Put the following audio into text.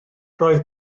roedd